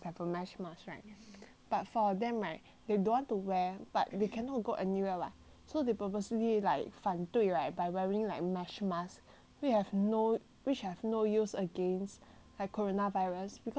but for them right they don't want to wear but they cannot go anywhere [what] so they purposely like 反对 right by wearing like mesh mask which have no use against like corona virus because if 你 cough right